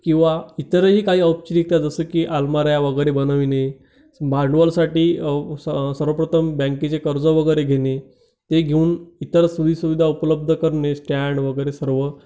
किंवा इतरही काही औपचारिकता जसं की अलमाऱ्या वगैरे बनविणे भांडवलसाठी सर्वप्रथम बँकेचे कर्ज वगैरे घेणे ते घेऊन इतर सोयीसुविधा उपलब्ध करणे स्टॅन्ड वगैरे सर्व